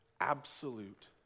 absolute